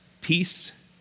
peace